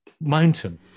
mountain